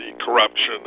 corruption